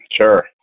Sure